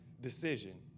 decision